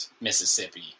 Mississippi